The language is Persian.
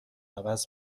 عوض